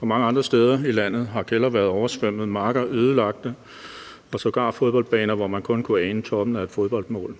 og mange andre steder i landet har kældre været oversvømmet, marker ødelagte, og sågar fodboldbaner, hvor man kun kunne ane toppen af et fodboldmål.